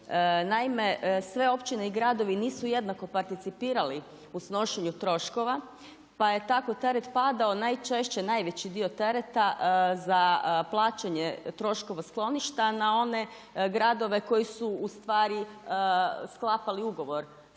Naime, sve općine i gradovi nisu jednako participirali u snošenju troškova pa je tako teret padao najčešće, najveći dio tereta za plaćanje troškova skloništa na one gradove koji su u stvari sklapali ugovor